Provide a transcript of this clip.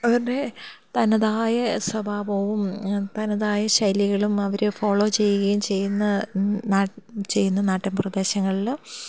അവരുടെ തനതായ സ്വഭാവവും തനതായ ശൈലികളും അവർ ഫോളോ ചെയ്യുകയും ചെയ്യുന്ന ചെയ്യുന്ന നാട്ടിൻ പ്രദേശങ്ങളിൽ